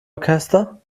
orchester